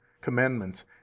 commandments